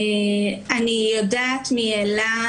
אני יודעת מאלה,